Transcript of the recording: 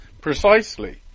Precisely